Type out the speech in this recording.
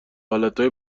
حالتهای